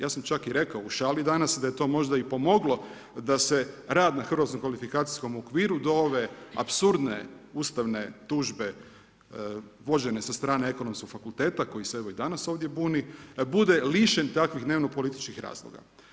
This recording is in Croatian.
Ja sam čak i rekao u šali danas da je to možda i pomoglo da se rad na hrvatskom kvalifikacijskom okviru do ove apsurdne ustavne tužbe vođene sa strane Ekonomskog fakulteta koji se evo i danas ovdje buni bude lišen takvih dnevno-političkih razloga.